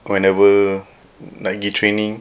whenever nak pergi training